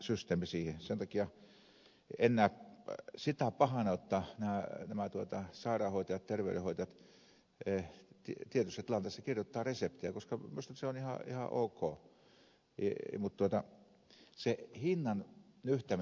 sen takia en näe sitä pahana jotta nämä sairaanhoitajat terveydenhoitajat tietyissä tilanteissa kirjoittavat reseptejä koska minusta se on ihan ok